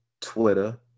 Twitter